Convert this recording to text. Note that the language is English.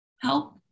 help